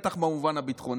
בטח במובן הביטחוני,